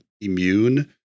immune